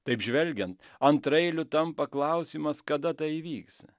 taip žvelgiant antraeiliu tampa klausimas kada tai įvyks